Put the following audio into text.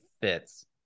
fits